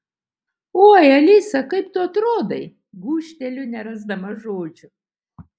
oi alisa kaip tu atrodai gūžteliu nerasdama žodžių